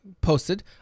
posted